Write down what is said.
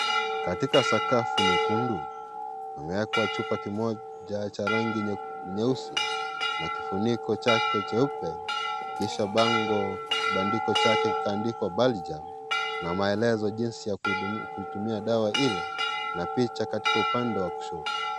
Katika sakafu nyekundu, pamewekwa chupakimoja cha rangi nyeusi na kifuniko chake jeupe kisha bango kibandiko chake kikaandikwa "Balgia" na maelezo jinsi ya kuitumia dawa Ile na picha katika upande wa kushoto.